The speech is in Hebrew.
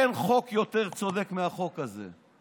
אין חוק יותר צודק מהחוק הזה.